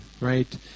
right